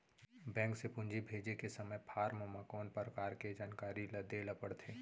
Bank से पूंजी भेजे के समय फॉर्म म कौन परकार के जानकारी ल दे ला पड़थे?